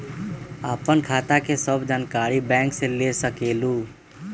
आपन खाता के सब जानकारी बैंक से ले सकेलु?